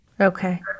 Okay